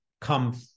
come